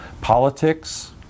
Politics